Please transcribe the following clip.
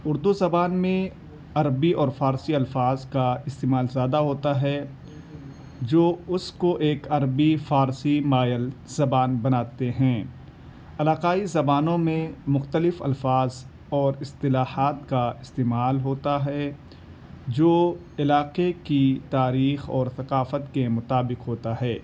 اردو زبان میں عربی اور فارسی الفاظ کا استعمال زیادہ ہوتا ہے جو اس کو ایک عربی فارسی مائل زبان بناتے ہیں علاقائی زبانوں میں مختلف الفاظ اور اصطلاحات کا استعمال ہوتا ہے جو علاقے کی تاریخ اور ثقافت کے مطابق ہوتا ہے